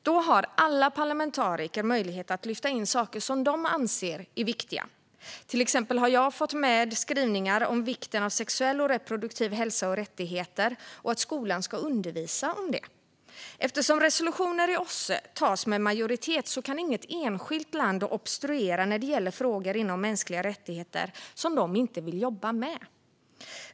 Där har alla parlamentariker möjlighet att lyfta in saker som de anser är viktiga. Till exempel har jag fått med skrivningar om vikten av sexuell och reproduktiv hälsa och rättigheter och att skolan ska undervisa om det. Eftersom resolutioner i OSSE antas med majoritet kan inget land enskilt obstruera när det gäller frågor inom mänskliga rättigheter som de inte vill jobba med.